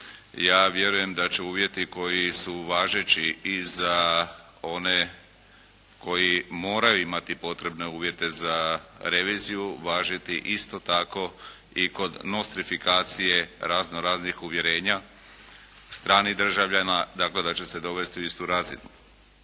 ja vjerujem da će uvjeti koji su važeći i za one koji moraju imati potrebne uvjete za reviziju važiti isto tako i kod nostrifikacije razno raznih uvjerenja stranih državljana tako da će se dovesti u istu razinu.